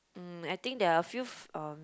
mm I think there are a few um